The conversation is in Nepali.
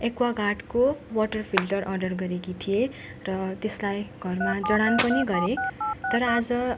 एक्वागार्डको वाटर फिल्टर अडर गरेकी थिएँ र त्यसलाई घरमा जडान पनि गरेँ तर आज